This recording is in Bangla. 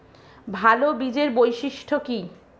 ভাল বীজের বৈশিষ্ট্য কী?